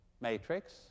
matrix